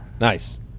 nice